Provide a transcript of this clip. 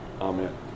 Amen